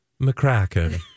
McCracken